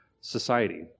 society